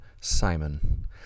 Simon